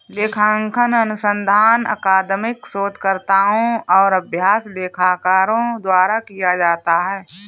लेखांकन अनुसंधान अकादमिक शोधकर्ताओं और अभ्यास लेखाकारों द्वारा किया जाता है